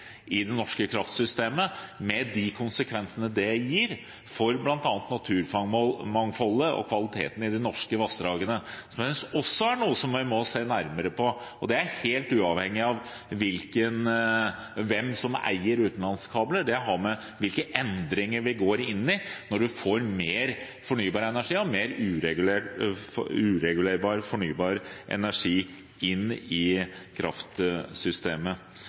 i det norske kraftsystemet, med de konsekvensene det gir for bl.a. naturmangfoldet og kvaliteten i de norske vassdragene, som jeg også synes vi må se nærmere på. Og det er helt uavhengig av hvem som eier utenlandskabler. Det har med hvilke endringer vi går inn i når man får mer fornybar energi og mer uregulerbar, fornybar energi inn i kraftsystemet.